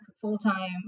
full-time